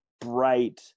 bright